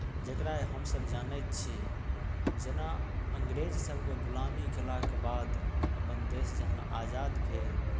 जकरा हमसभ जानैत छी जेना अँग्रेजसभके गुलामी कयलाके बाद अपन देश जहन आजाद भेल